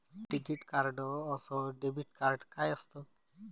टिकीत कार्ड अस debit card काय असत?